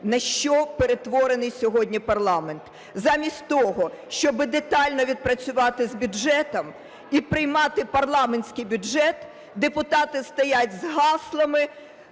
на що перетворений сьогодні парламент. Замість того, щоби детально відпрацювати з бюджетом і приймати парламентський бюджет, депутати стоять з гаслами,